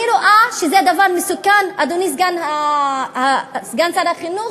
אני רואה שזה דבר מסוכן, אדוני סגן שר החינוך,